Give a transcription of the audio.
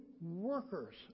workers